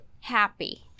happy